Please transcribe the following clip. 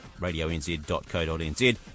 radioNZ.co.nz